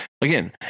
again